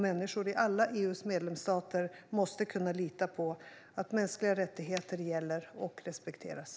Människor i alla EU:s medlemsstater måste kunna lita på att mänskliga rättigheter gäller och respekteras.